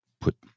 put